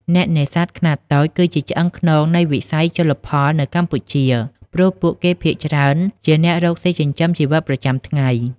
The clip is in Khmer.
អ្នកនេសាទខ្នាតតូចគឺជាឆ្អឹងខ្នងនៃវិស័យជលផលនៅកម្ពុជា ព្រោះពួកគេភាគច្រើនជាអ្នករកស៊ីចិញ្ចឹមជីវិតប្រចាំថ្ងៃ។